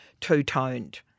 two-toned